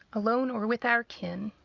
alone or with our kin,